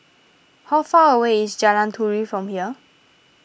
how far away is Jalan Turi from here